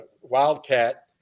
Wildcat